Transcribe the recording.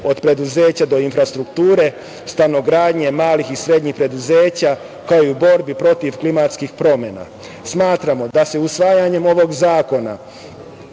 od preduzeća do infrastrukture, stanogradnje, malih i srednjih preduzeća, kao i u borbi protiv klimatskih promena. Smatramo da se usvajanjem ovog zakona